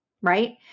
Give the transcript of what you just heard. Right